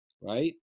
right